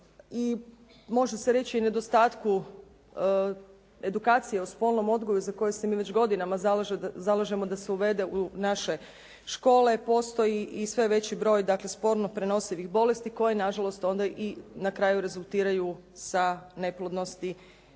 i može se reći nedostatku edukacije o spolnom odgoju za koji se mi već godinama zalažemo da se uvede u naše škole. Postoji i sve veći broj dakle spolno prenosivih bolesti koje nažalost na kraju rezultiraju sa neplodnosti